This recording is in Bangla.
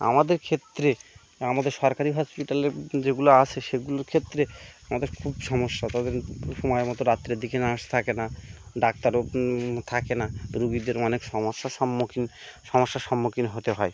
আমাদের ক্ষেত্রে আমাদের সরকারি হসপিটাল যেগুলো আছে সেগুলোর ক্ষেত্রে আমাদের খুব সমস্যা তাদের সময় মতো রাত্রের দিকে নার্স থাকে না ডাক্তারও থাকে না রোগীদের অনেক সমস্যার সম্মুখীন সমস্যার সম্মুখীন হতে হয়